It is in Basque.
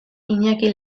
iñaki